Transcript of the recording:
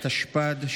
התשפ"ד,